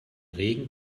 regen